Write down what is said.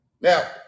now